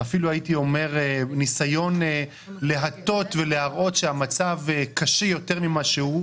אפילו הייתי אומר ניסיון להטות ולהראות שהמצב קשה יותר מכפי שהוא.